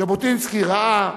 ז'בוטינסקי ראה במדור,